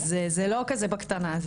אז זה לא כזה בקטנה,